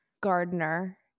gardener